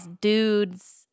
dudes